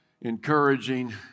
encouraging